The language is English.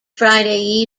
friday